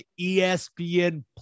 ESPN+